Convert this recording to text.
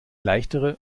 leichtere